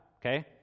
okay